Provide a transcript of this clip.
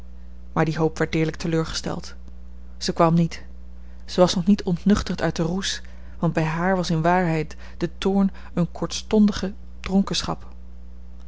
maar die hoop werd deerlijk teleurgesteld zij kwam niet zij was nog niet ontnuchterd uit den roes want bij haar was in waarheid de toorn eene kortstondige